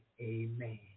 Amen